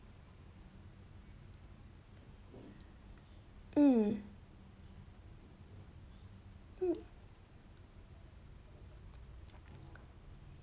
mm mm